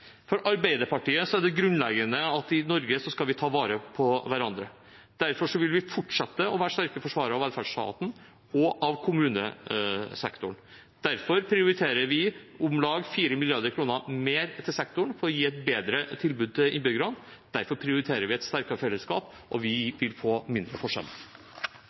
For Arbeiderpartiet er det grunnleggende at i Norge skal vi ta vare på hverandre. Derfor vil vi fortsette å være sterke forsvarere av velferdsstaten – og av kommunesektoren. Derfor prioriterer vi om lag 4 mrd. kr mer til sektoren for å gi et bedre tilbud til innbyggerne. Derfor prioriterer vi et sterkere fellesskap, og vi vil få mindre